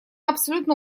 абсолютно